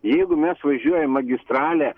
jeigu mes važiuojam magistrale